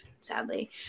sadly